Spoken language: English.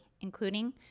including